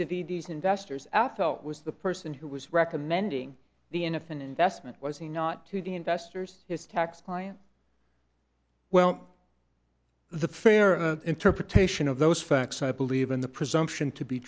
to these investors f l was the person who was recommending the in a fin investment was he not to the investors his tax clients well the fair interpretation of those facts i believe in the presumption to be